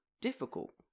difficult